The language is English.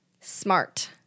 smart